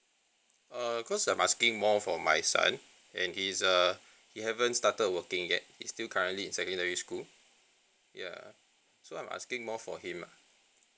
err cause I'm asking more for my son and he's uh he haven't started working yet he's still currently in secondary school ya so I'm asking more for him ah